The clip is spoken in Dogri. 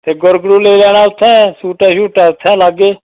ते गुरगुलू लेई जाना उत्थै सूटा शूट्टा उत्थै गै लागे